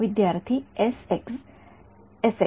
विद्यार्थी S x